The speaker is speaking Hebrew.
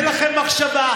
אין לכם מחשבה.